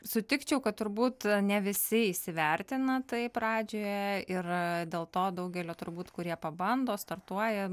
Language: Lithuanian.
sutikčiau kad turbūt ne visi įsivertina tai pradžioje yra dėl to daugelio turbūt kurie pabando startuoja